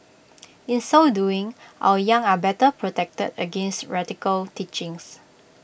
in so doing our young are better protected against radical teachings